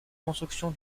construction